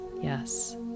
yes